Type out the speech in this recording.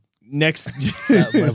Next